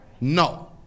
No